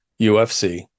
UFC